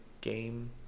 game